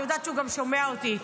אני יודעת שגם הוא שומע אותי,